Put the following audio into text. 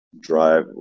drive